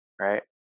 right